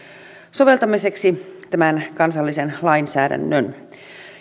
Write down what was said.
soveltamiseksi tämän kansallisen lainsäädännön